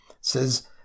says